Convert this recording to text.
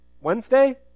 Wednesday